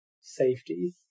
safety